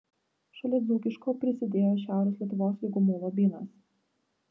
šalia dzūkiško prisidėjo šiaurės lietuvos lygumų lobynas